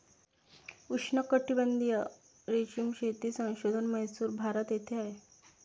उष्णकटिबंधीय रेशीम शेती संशोधन म्हैसूर, भारत येथे आहे